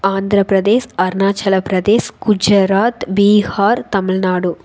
Andhra Pradesh Arunachal Pradesh Gujarat Bihar Tamil Nadu